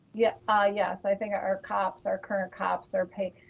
yeah ah yes, i think our cops, our current cops are pay.